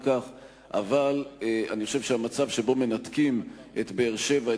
אבל אני חושב שמצב שבו מנתקים את באר-שבע,